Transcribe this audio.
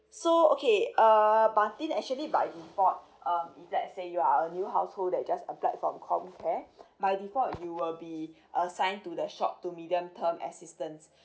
so okay uh martin actually by default um if let's say you are a new household that just applied from comcare by default you will be assigned to the short to medium term assistance